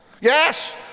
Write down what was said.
yes